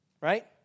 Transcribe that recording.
right